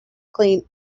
clean